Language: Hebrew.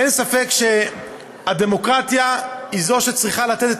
אין ספק שהדמוקרטיה היא זאת שצריכה לתת את